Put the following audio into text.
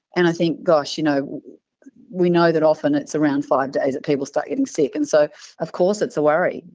and i think, gosh, you know we know that often it's around five days that people start getting sick, and so of course it's a worry.